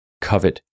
covet